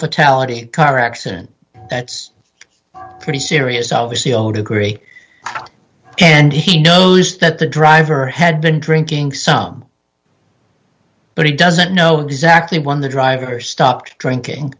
fatality car accident that's pretty serious obviously zero degree and he knows that the driver had been drinking some but he doesn't know exactly when the driver stopped drinking